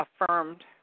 affirmed